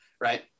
right